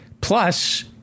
Plus